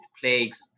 plagues